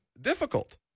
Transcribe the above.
difficult